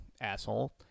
asshole